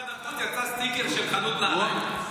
של משרד החוץ יצא סטיקר של חנות נעליים.